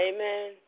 Amen